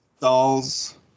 dolls